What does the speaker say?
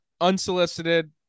unsolicited